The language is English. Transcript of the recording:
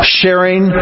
sharing